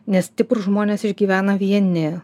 nes stiprūs žmonės išgyvena vieni